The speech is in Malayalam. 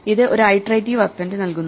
ഇത് ഒരു ഐട്രേറ്റിവ് അപ്പെൻഡ് നൽകുന്നു